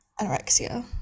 anorexia